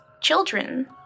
children